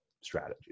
strategy